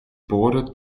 bordered